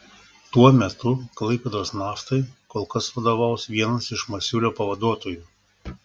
tuo metu klaipėdos naftai kol kas vadovaus vienas iš masiulio pavaduotojų